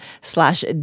Slash